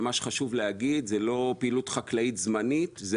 חשוב להגיד שזו לא פעילות חקלאית זמנית; זו